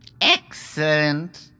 Excellent